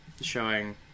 showing